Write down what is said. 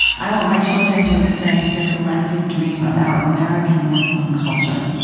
i want my children to experience the collective dream of our american muslim culture.